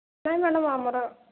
ନାଇଁ ମ୍ୟାଡ଼ାମ ଆମର